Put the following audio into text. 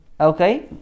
Okay